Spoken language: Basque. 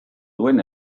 duen